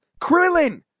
Krillin